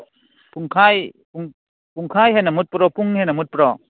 ꯄꯨꯡꯈꯥꯏ ꯍꯦꯟꯅ ꯃꯨꯠꯄ꯭ꯔꯣ ꯄꯨꯡ ꯍꯦꯟꯅ ꯃꯨꯠꯄ꯭ꯔꯣ